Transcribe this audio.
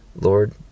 Lord